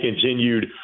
continued